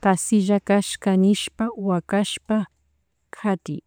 Kasi cashka nishpa wakashpa, kati